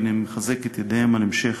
והנני מחזק את ידיהם על המשך